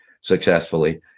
successfully